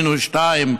מינוס 2,